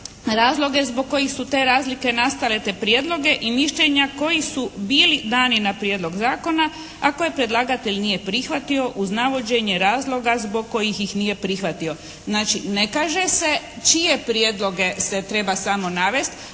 razloge zbog kojih su te razlike nastale te prijedloge i mišljenja koji su bili dani na prijedlog zakona, a koje predlagatelj nije prihvatio uz navođenje razloga zbog kojih ih nije prihvatio. Znači ne kaže se čije prijedloge se treba samo navesti,